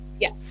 yes